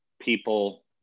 people